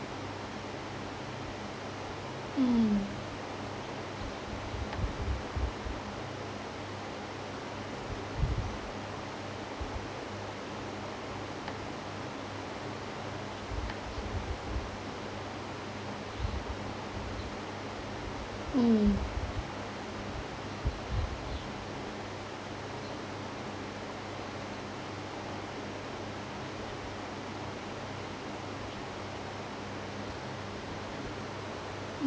mm mm